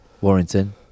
Warrington